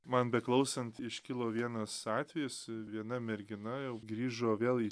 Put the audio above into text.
man beklausant iškilo vienas atvejis viena mergina jau grįžo vėl į